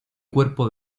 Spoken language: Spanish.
cuerpo